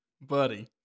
buddy